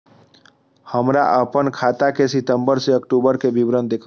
हमरा अपन खाता के सितम्बर से अक्टूबर के विवरण देखबु?